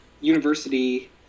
university